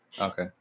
Okay